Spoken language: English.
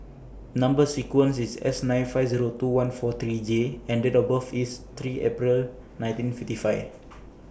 Number sequence IS S nine five Zero two one four three J and Date of birth IS three April nineteen fifty five